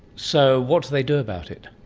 so what do they do about it?